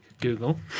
google